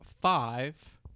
five